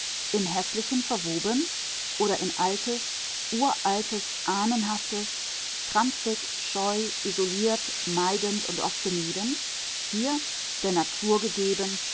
im häßlichen verwoben oder in altes uraltes ahnenhaftes krampfig scheu isoliert meidend und oft gemieden hier der natur gegeben